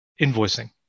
invoicing